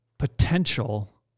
Potential